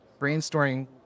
brainstorming